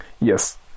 Yes